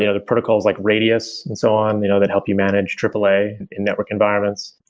yeah the protocols like radius and so on you know that help you manage aaa in network environments.